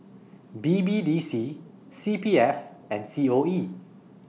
B B D C C P F and C O E